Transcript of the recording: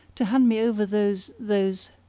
to hand me over those, those